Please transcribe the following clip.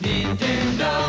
Nintendo